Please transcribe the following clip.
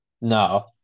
No